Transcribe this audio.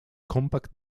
compact